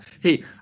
Hey